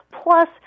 Plus